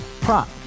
prop